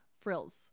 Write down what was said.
frills